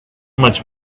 much